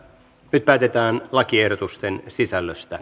nyt päätetään lakiehdotusten sisällöstä